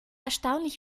erstaunlich